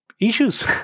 issues